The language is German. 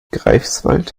greifswald